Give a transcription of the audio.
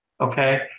okay